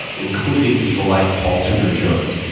but including people like paul tudor jones,